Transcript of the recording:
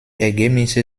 ergebnisse